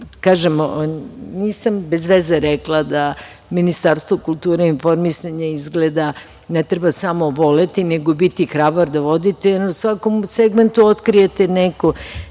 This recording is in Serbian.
nisam bez veze rekla da Ministarstvo kulture i informisanja izgleda ne treba samo voleti, nego biti hrabar da vodite, jer u svakom segmentu otkrijete neki